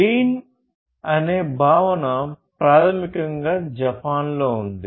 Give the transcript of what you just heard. lean అనే భావన ప్రాథమికంగా జపాన్లో ఉంది